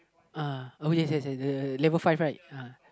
uh okay yes yes yes the level five right uh